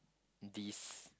these